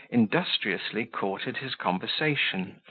industriously courted his conversation,